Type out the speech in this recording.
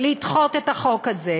לדחות את החוק הזה,